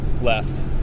left